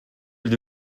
elle